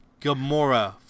Gamora